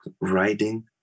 riding